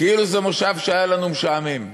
כאילו זה מושב שהיה לנו משעמם,